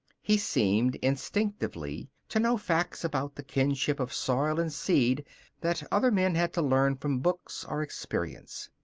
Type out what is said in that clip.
he seemed instinctively to know facts about the kin ship of soil and seed that other men had to learn from books or experience.